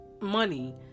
money